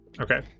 Okay